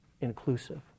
inclusive